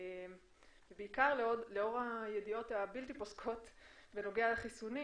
בעיקר לאור הידיעות הבלתי פוסקות בנוגע לחיסונים,